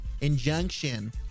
injunction